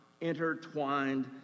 intertwined